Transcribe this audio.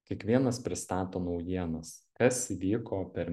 kiekvienas pristato naujienas kas įvyko per